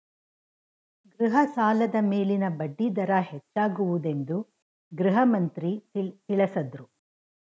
ಗೃಹ ಸಾಲದ ಮೇಲಿನ ಬಡ್ಡಿ ದರ ಹೆಚ್ಚಾಗುವುದೆಂದು ಗೃಹಮಂತ್ರಿ ತಿಳಸದ್ರು